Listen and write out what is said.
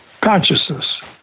consciousness